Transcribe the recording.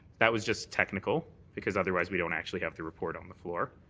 that was just technical. because otherwise we don't actually have to report on the floor.